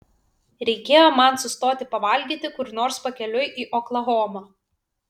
reikėjo man sustoti pavalgyti kur nors pakeliui į oklahomą